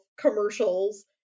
commercials